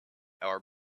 our